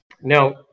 Now